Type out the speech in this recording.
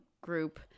group